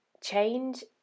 change